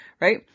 Right